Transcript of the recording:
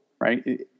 right